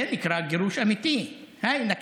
זה נקרא גירוש אמיתי, האי אל-נכבה,